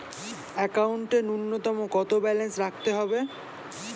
একাউন্টে নূন্যতম কত ব্যালেন্স রাখতে হবে?